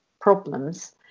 problems